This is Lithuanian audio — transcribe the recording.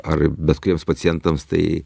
ar bet kuriems pacientams tai